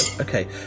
okay